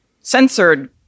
censored